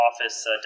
office